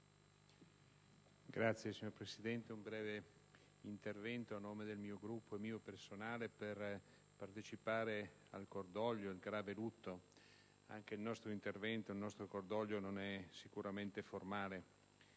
Signora Presidente, intervengo brevemente a nome del mio Gruppo e personalmente per partecipare al cordoglio e al grave lutto. Anche il nostro intervento e il nostro cordoglio non sono sicuramente formali.